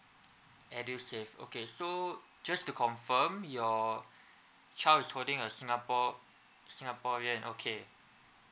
edusave okay so just to confirm your child is holding a singapore singaporean okay